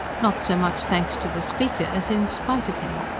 not so much thanks to the speaker, as in spite of him.